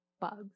bugs